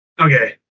Okay